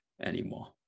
anymore